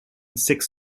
six